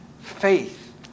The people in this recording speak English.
faith